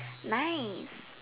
nice